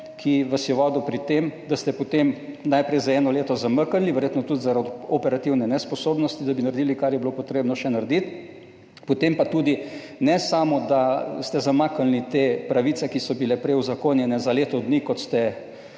ki vas je vodil pri tem, da ste, potem najprej za eno leto zamaknili verjetno tudi, zaradi 17. TRAK (VI) 15.00 (nadaljevanje) operativne nesposobnosti, da bi naredili kar je bilo potrebno še narediti, potem pa tudi ne samo, da ste zamaknili te pravice, ki so bile prej uzakonjene za leto dni,